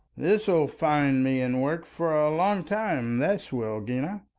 this'll find me in work for a long time this will, gina.